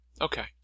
Okay